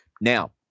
Now